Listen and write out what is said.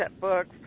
books